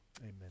Amen